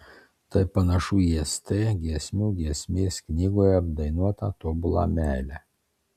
tai panašu į st giesmių giesmės knygoje apdainuotą tobulą meilę